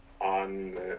on